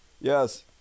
yes